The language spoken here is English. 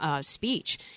speech